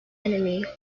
enemy